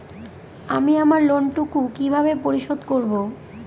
আমি আমার লোন টুকু কিভাবে পরিশোধ করব?